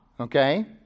Okay